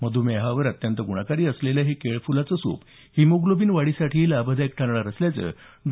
मध्मेहावर अत्यंत गुणकारी असलेलं हे केळफुलाचं सूप हिमोग्लोबीन वाढीसाठीही लाभदायक ठरणार असल्याचं डॉ